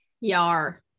yar